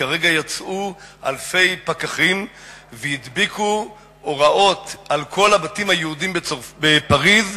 כרגע יצאו אלפי פקחים והדביקו הוראות על כל הבתים היהודיים בפריס,